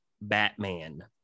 Batman